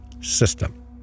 system